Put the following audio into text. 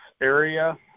area